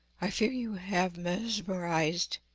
i fear you have mesmerized